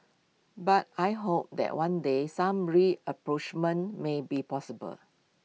but I hope that one day some rapprochement may be possible